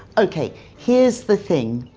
ok, here's the thing.